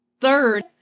Third